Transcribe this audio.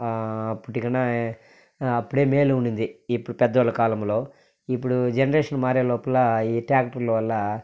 అప్పటి కన్నా అప్పుడే మేలు ఉన్నింది ఇప్పుడు పెద్ద వాళ్ళ కాలంలో ఇప్పుడు జెనరేషన్ మారే లోపల ఈ ట్యాక్టర్ల వల్ల